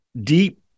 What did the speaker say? deep